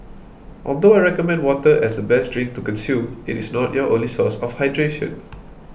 although I recommend water as the best drink to consume it is not your only source of hydration